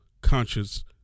conscious